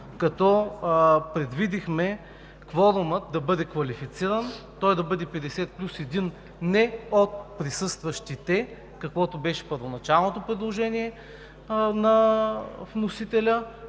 като предвидихме кворумът да бъде квалифициран – той да бъде 50 плюс един не от присъстващите, каквото беше първоначалното предложение на вносителя,